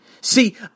See